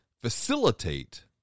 facilitate